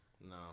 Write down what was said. no